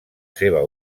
seva